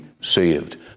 saved